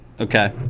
Okay